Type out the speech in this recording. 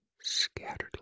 scattered